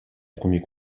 premier